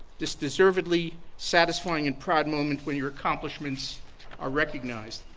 this deservedly satisfying and proud moment when your accomplishments are recognized.